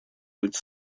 быть